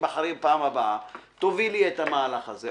תיבחרי בפעם הבאה תובילי את המהלך הזה.